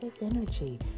Energy